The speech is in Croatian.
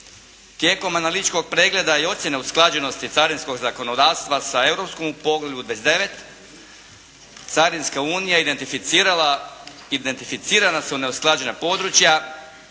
Tijekom analitičkog pregleda i ocjena usklađenosti carinskog zakonodavstva sa europskom u poglavlju 29. carinska Unija identificirana su neusklađena područja